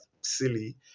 silly